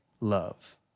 love